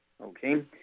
Okay